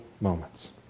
moments